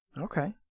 Okay